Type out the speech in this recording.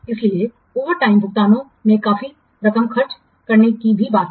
इसलिए ओवरटाइम भुगतानों में काफी रकम खर्च करने की भी बात है